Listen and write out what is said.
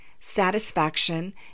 satisfaction